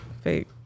fake